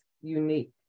unique